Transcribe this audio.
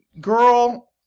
girl